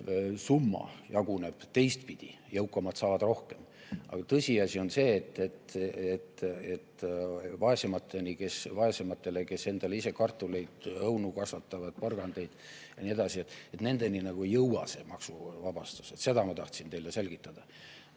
summa jaguneb teistpidi: jõukamad saavad rohkem. Aga tõsiasi on see, et vaesemateni, kes endale ise kartuleid, õunu, porgandeid ja nii edasi kasvatavad, nagu ei jõua see maksuvabastus. Seda ma tahtsin teile selgitada.